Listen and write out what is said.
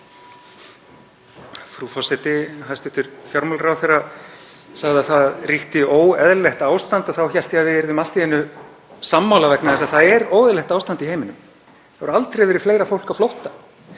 Það hefur aldrei verið fleira fólk á flótta.